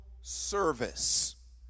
service